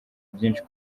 byinshi